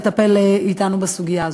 מטפל אתנו בסוגיה הזאת.